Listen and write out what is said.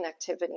connectivity